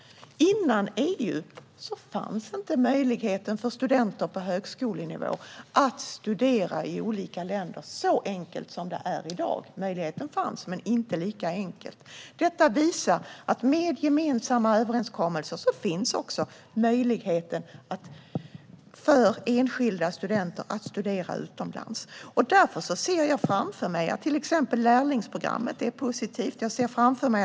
Innan EU fanns var det inte lika enkelt för studenter på högskolenivå att studera i olika länder. Möjligheten fanns, men det var inte lika enkelt. Gemensamma överenskommelser gör det möjligt för enskilda studenter att studera utomlands. Därför kommer till exempel lärlingsprogrammet att vara positivt.